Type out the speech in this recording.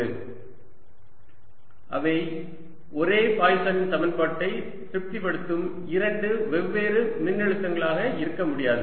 20 2dV0 or ϕ0 ∴ϕconstant or V1V2 அவை ஒரே பாய்சனின் சமன்பாட்டை திருப்திப்படுத்தும் இரண்டு வெவ்வேறு மின்னழுத்தங்களாக இருக்க முடியாது